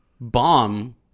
bomb